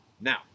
Now